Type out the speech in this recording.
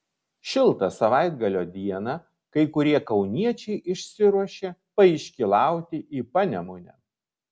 šiltą savaitgalio dieną kai kurie kauniečiai išsiruošė paiškylauti į panemunę